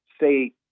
say